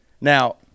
Now